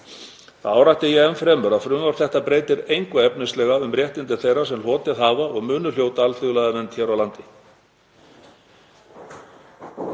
Þá árétta ég enn fremur að frumvarp þetta breytir engu efnislega um réttindi þeirra sem hlotið hafa og munu hljóta alþjóðlega vernd hér á landi.